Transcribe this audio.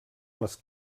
les